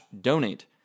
donate